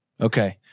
Okay